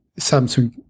Samsung